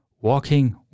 walking